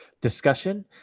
discussion